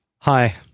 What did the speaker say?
Hi